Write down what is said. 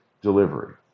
delivery